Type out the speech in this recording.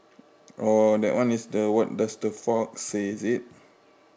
oh that one is the what does the fox says is it